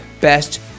BEST